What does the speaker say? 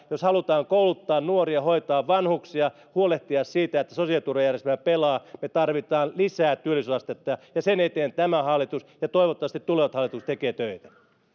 jos halutaan kouluttaa nuoria hoitaa vanhuksia ja huolehtia siitä että sosiaaliturvajärjestelmä pelaa me tarvitsemme lisää työllisyysastetta ja sen eteen tämä hallitus ja toivottavasti tulevat hallitukset tekevät töitä